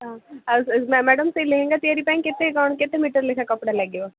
ହଁ ମ୍ୟାଡ଼ାମ୍ ସେହି ଲେହେଙ୍ଗା ତିଆରି ପାଇଁ କେତେ କ'ଣ କେତେ ମିଟର ଲେଖା କପଡ଼ା ଲାଗିବ